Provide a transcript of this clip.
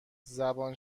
زبان